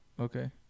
Okay